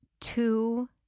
two